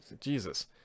Jesus